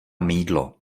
mýdlo